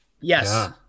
Yes